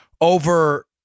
over